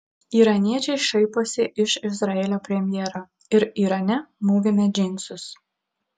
iraniečiai šaiposi iš izraelio premjero ir irane mūvime džinsus